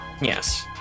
yes